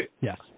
Yes